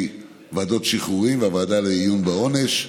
ועדות שחרורים והוועדה לעיון בעונש,